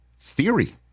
theory